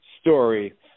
story